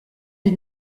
des